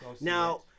Now